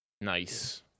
Nice